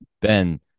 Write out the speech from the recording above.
Ben